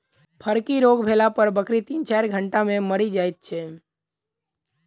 फड़की रोग भेला पर बकरी तीन चाइर घंटा मे मरि जाइत छै